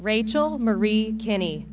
rachel marie kenny